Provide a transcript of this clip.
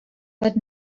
but